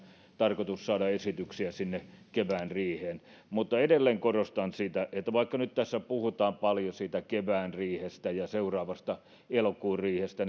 tarkoitus saada esityksiä sinne kevään riiheen mutta edelleen korostan sitä että vaikka nyt tässä puhutaan paljon kevään riihestä ja seuraavasta elokuun riihestä